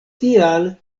tial